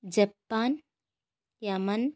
Japan Yemen